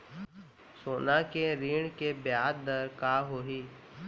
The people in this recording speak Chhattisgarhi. सोना के ऋण के ब्याज दर का होही?